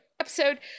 episode